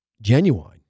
genuine